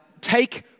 take